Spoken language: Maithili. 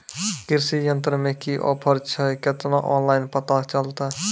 कृषि यंत्र मे की ऑफर छै केना ऑनलाइन पता चलतै?